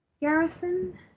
garrison